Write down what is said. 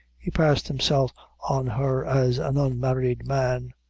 he passed himself on her as an unmarried man,